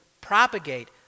propagate